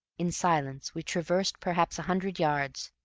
in silence we traversed perhaps a hundred yards.